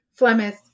Flemeth